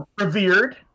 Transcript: revered